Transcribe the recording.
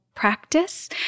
practice